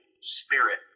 Spirit